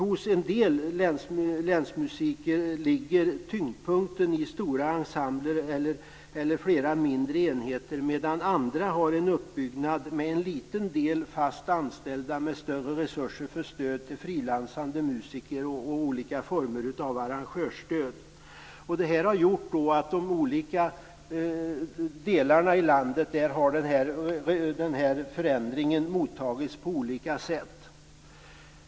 På en del platser ligger tyngdpunkten i länsmusiken i stora ensembler eller flera mindre enheter, medan andra har en uppbyggnad med en liten del fast anställda med större resurser för stöd för frilansande musiker och olika former av arrangörsstöd. Detta har lett till att denna förändring har mottagits på olika sätt i olika delar av landet.